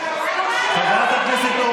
פושע.